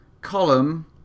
column